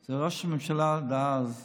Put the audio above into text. זה ראש המשלה דאז נתניהו.